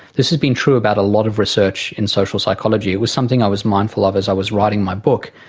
this has been true about a lot of research in social psychology, it was something i was mindful of as i was writing my book.